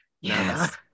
Yes